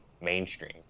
mainstream